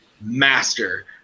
master